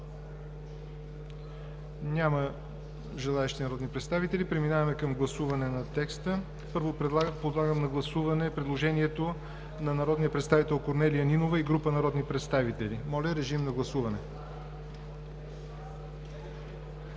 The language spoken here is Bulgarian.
Няма желаещи народни представители. Преминаваме към гласуване на текста. Първо подлагам на гласуване предложението на народния представител Корнелия Нинова и група народни представители. Гласували: